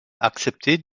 accepté